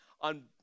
on